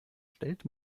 stellt